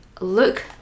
look